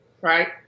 right